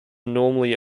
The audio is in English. normally